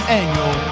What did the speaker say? annual